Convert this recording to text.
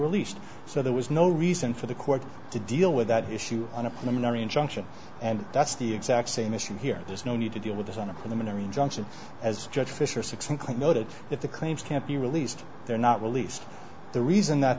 released so there was no reason for the court to deal with that issue on a preliminary injunction and that's the exact same issue here there's no need to deal with this on a preliminary injunction as judge fisher succinctly noted that the claims can't be released they're not released the reason that